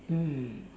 mm